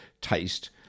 taste